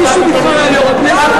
לכנס מסיבת עיתונאים?